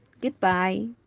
Goodbye